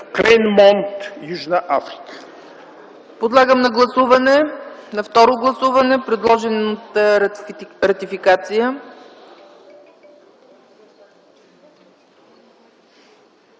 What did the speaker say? Клеймонт, Южна Африка.”